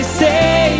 say